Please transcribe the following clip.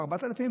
ב-4,000,